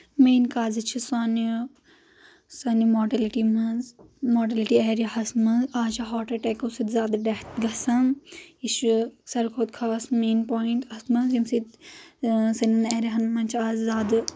main causes چھِ سانہِ سانہِ ماڈلِٹی منٛز ماڈلِٹی ایرہا ہس منٛز از چھِ ہاٹ اٹیٚکو سۭتۍ زیادٕ ڈیتھ گژھان یہِ چھُ ساروٕے کھۄتہٕ خاص مین پوینٛٹ اتھ منٛز ییٚمہِ سۭتۍ سانٮ۪ن ایریا ہن منٛز چھِ از زیادٕ